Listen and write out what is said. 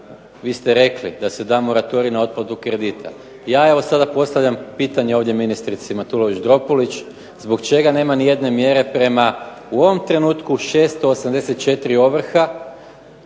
vi ste rekli da se da moratorij na otplatu kredita, ja ovdje postavljam pitanje ministrici Matulović-Dropulić zbog čega nema niti jedne mjere prema u ovom trenutku 684 ovrha